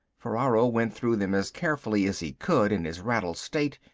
ferraro went through them as carefully as he could in his rattled state,